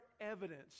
evidence